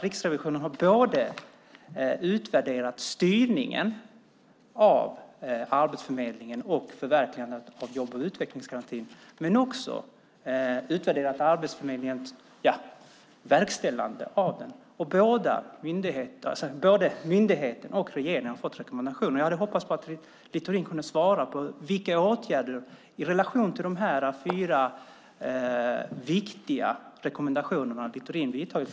Riksrevisionen har både utvärderat styrningen av Arbetsförmedlingen och förverkligandet av jobb och utvecklingsgarantin men också utvärderat Arbetsförmedlingens verkställande av den. Både myndigheten och regeringen har fått rekommendationer. Jag hade hoppats på att Littorin kunde svara på vilka åtgärder i relation till de här fyra viktiga rekommendationerna som han har vidtagit.